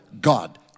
God